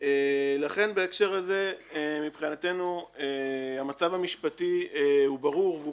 לכן בהקשר הזה מבחינתנו המצב המשפטי הוא ברור והוא